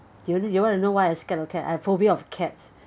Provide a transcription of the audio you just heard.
do you need do you want to know why I scare of cat I have phobia of cats